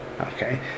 Okay